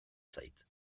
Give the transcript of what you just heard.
zait